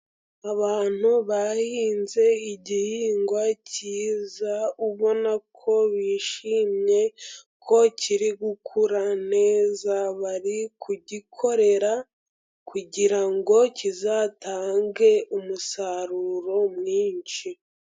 Abantu bahinze igihingwa cyiza, ubona ko bishimye ko kiri gukura neza, bari kugikorera kugirango kizatange umusaruro mwinshi.